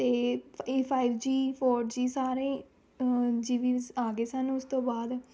ਅਤੇ ਇਹ five G four G ਸਾਰੇੇ ਆ ਗਏ ਸਨ ਉਸ ਤੋਂ ਬਾਅਦ